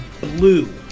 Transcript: blue